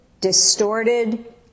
distorted